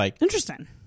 Interesting